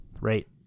right